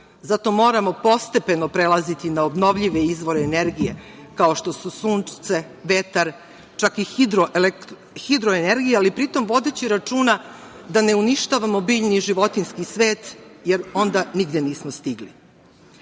Zato moramo postepeno prelaziti na obnovljive izvore energije, kao što su sunce, vetar, čak i hidro energija, a pri tome vodeći računa da ne uništavamo biljni i životinjski svet, jer onda nigde nismo stigli.U